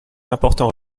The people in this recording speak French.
important